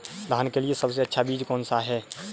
धान के लिए सबसे अच्छा बीज कौन सा है?